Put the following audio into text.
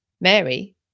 Mary